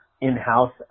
in-house